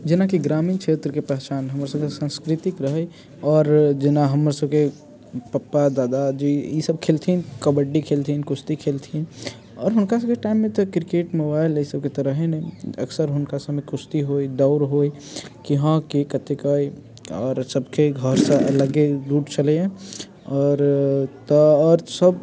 जेनाकि ग्रामीण छेत्रके पहचान हमर सभकेँ सन्स्कृतिक रहै आओर जेना हमर सभकेँ पपा दादाजी ई सभ खेलथिन कबड्डी खेलथिन कुस्ती खेलथिन आओर हुनका सभके टाइममे तऽ क्रिकेट मोबाइल एहि सभके तऽ रहै नहि अक्सर हुनका सभमे कुस्ती होइ दौड़ होइ कि हँ के कतेक अइ आओर सभके घरसँ अलगे रूट छलैहँ आओर तऽ आओर सभ